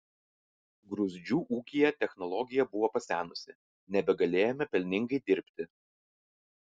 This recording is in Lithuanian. gruzdžių ūkyje technologija buvo pasenusi nebegalėjome pelningai dirbti